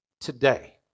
today